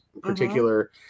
particular